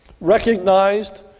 recognized